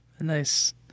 Nice